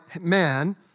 man